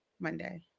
Monday